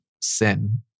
sin